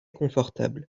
confortable